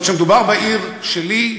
אבל כשמדובר בעיר שלי,